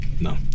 No